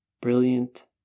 Brilliant